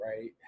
right